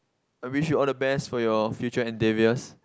I wish you all the best for your future endeavours